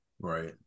right